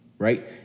Right